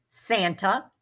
santa